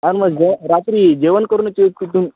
हां म्हटलं रात्री जेवण करूनच येऊ तिथून